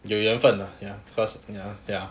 有缘份 lah ya of course ya ya